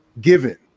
given